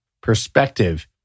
perspective